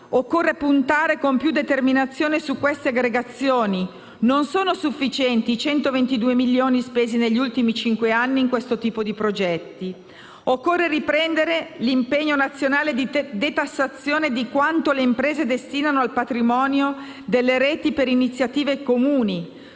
Occorre puntare con più determinazione su queste aggregazioni: non sono sufficienti i 122 milioni spesi negli ultimi cinque anni in questo tipo di progetti. Occorre riprendere l'impegno nazionale di detassazione di quanto le imprese destinano al patrimonio delle reti per iniziative comuni